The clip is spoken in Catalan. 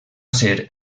ser